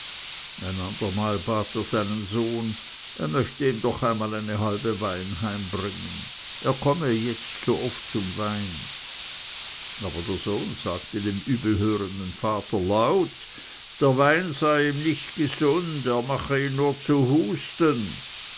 er seinen sohn er möchte ihm doch einmal eine halbe wein heimbringen er komme jetzt so oft zum wein aber der sohn sagte dem übelhörenden vater laut der wein sei ihm nicht gesund er mache ihn nur zu husten